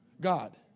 God